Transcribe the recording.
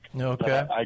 okay